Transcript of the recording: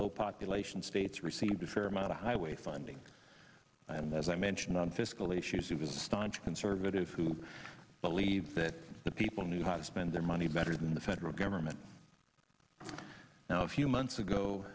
low population states received a fair amount of highway funding and as i mentioned on fiscal issues to the stance of conservatives who believe that the people knew how to spend their money better than the federal government now a few months ago